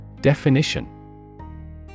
Definition